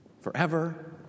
forever